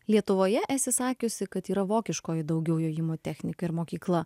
lietuvoje esi sakiusi kad yra vokiškoji daugiau jojimo technika ir mokykla